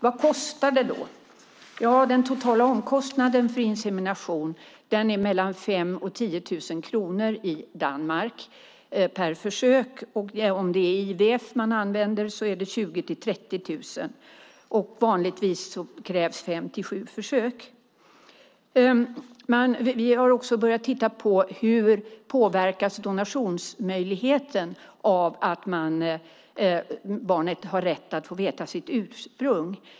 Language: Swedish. Vad kostar det då? Den totala omkostnaden för insemination är i Danmark mellan 5 000 och 10 000 kronor per försök. Om det är IVF man använder är kostnaden 20 000-30 000. Vanligtvis krävs fem-sju försök. Vi har också börjat titta på hur donationsmöjligheten påverkas av att barnet har rätt att få veta sitt ursprung.